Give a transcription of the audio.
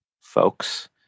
folks